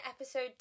episode